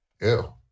Ew